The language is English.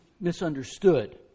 misunderstood